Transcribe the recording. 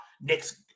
next